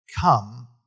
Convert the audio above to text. come